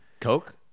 Coke